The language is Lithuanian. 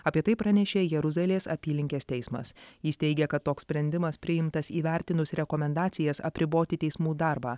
apie tai pranešė jeruzalės apylinkės teismas jis teigė kad toks sprendimas priimtas įvertinus rekomendacijas apriboti teismų darbą